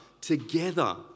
together